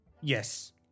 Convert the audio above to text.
Yes